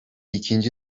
ikinci